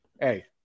hey